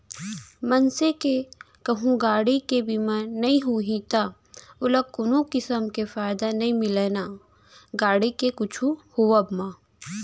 मनसे के कहूँ गाड़ी के बीमा नइ होही त ओला कोनो किसम के फायदा नइ मिलय ना गाड़ी के कुछु होवब म